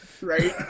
Right